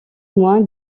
moy